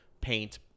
paint